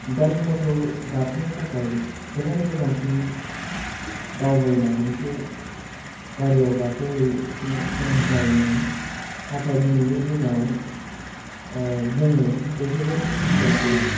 गारि मथर गाखोनो थाखाय गोजान गोजानसिम दावबायनानैसो गारियाव गाखोहैनो गोनां जायोमोन नाथाइ दिनैनि दिनाव जोङो बेफोरबायदि सुबिदाखौ